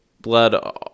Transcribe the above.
blood